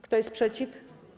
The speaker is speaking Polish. Kto jest przeciw?